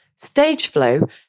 Stageflow